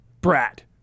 brat